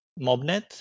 MobNet